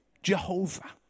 Jehovah